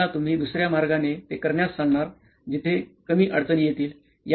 कि त्याला तुम्ही दुसऱ्या मार्गाने ते करण्यास सांगणार जिथे कमी अडचणी येतील